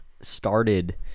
started